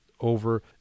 over